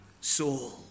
soul